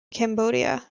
cambodia